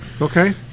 Okay